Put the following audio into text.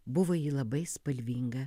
buvo ji labai spalvinga